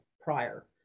prior